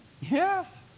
Yes